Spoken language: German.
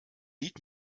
lied